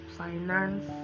finance